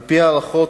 על-פי הערכות,